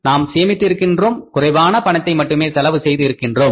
நாம் சேமித்து இருக்கின்றோம் குறைவான பணத்தை மட்டுமே செலவு செய்து இருக்கின்றோம்